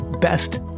best